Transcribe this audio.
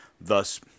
Thus